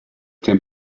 came